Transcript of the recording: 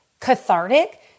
cathartic